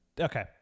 Okay